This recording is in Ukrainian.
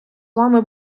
вами